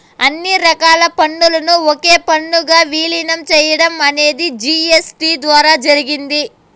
అన్ని రకాల పన్నులను ఒకే పన్నుగా విలీనం చేయడం అనేది జీ.ఎస్.టీ ద్వారా జరిగింది